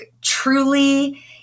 truly